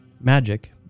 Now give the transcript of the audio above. magic